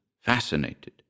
fascinated